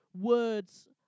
Words